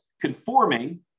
conforming